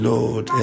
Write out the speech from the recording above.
Lord